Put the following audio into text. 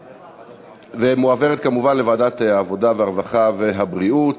ומועברת כמובן לוועדת העבודה, הרווחה והבריאות.